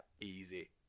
Easy